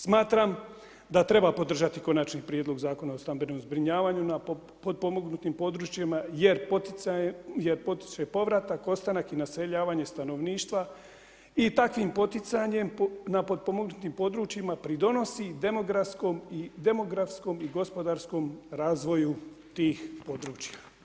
Smatram da treba podržati Konačni prijedlog Zakona o stambenom zbrinjavanju na potpomognutim područjima jer potiče povratak, ostanak i naseljavanje stanovništva i takvim poticanjem na potpomognutim područjima, pridonosi demografskom i gospodarskom razvoju tih područja.